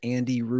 Andy